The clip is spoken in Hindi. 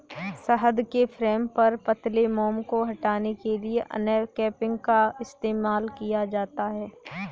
शहद के फ्रेम पर पतले मोम को हटाने के लिए अनकैपिंग का इस्तेमाल किया जाता है